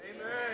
Amen